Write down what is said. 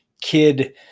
kid